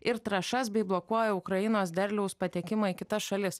ir trąšas bei blokuoja ukrainos derliaus patekimą į kitas šalis